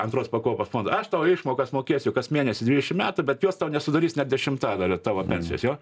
antros pakopos fonde aš tau išmokas mokėsiu kas mėnesį dvidešim metų bet jos tau nesudarys nė dešimtadalio tavo pensijos jo